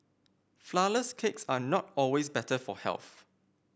flourless cakes are not always better for health